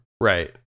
Right